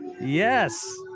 yes